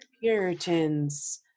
puritans